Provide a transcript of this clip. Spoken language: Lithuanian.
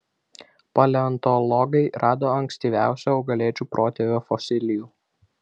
paleontologai rado ankstyviausio augalėdžių protėvio fosilijų